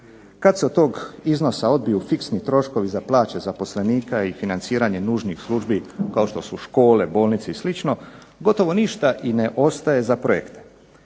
kada se od tog iznosa odbiju fiksni troškove za plaće zaposlenika i financiranje nužnih službi kao što su škole, bolnice i slično, gotovo ništa ne ostaje za projekte.